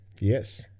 Yes